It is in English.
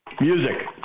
Music